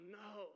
no